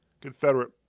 Confederate